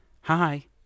Hi